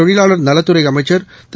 தொழிலாளா் நலத்துறை அம்மச்சா் திரு